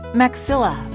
maxilla